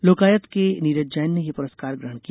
लोकायत के नीरज जैन ने यह पुरस्कार ग्रहण किया